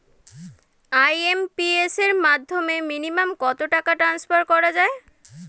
IMPS এর মাধ্যমে minimum কত টাকা ট্রান্সফার করা যায়?